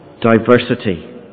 diversity